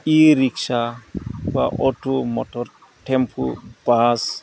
E rickshaw बा auto motor tempo बास